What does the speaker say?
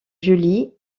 julie